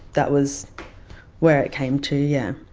that was where it came to. yeah